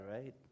right